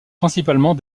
principalement